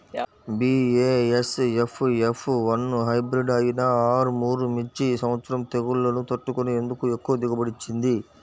BASF F one hybrid అయినా ఆర్ముర్ మిర్చి ఈ సంవత్సరం తెగుళ్లును తట్టుకొని ఎందుకు ఎక్కువ దిగుబడి ఇచ్చింది?